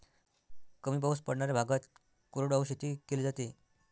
कमी पाऊस पडणाऱ्या भागात कोरडवाहू शेती केली जाते